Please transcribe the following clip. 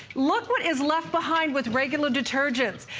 look what is left behind with regular detergents.